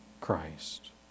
Christ